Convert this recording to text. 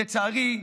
לצערי,